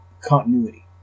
continuity